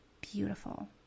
beautiful